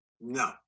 No